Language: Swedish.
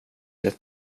det